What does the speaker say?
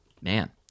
Man